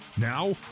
Now